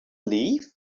leave